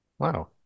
Wow